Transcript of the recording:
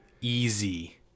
Easy